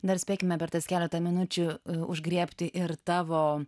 dar spėkime per tas keletą minučių užgriebti ir tavo